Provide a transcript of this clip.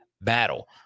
battle